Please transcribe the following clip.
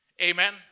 amen